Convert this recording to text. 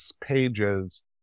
pages